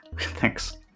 Thanks